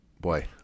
Boy